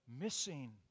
Missing